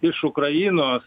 iš ukrainos